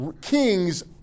Kings